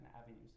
avenues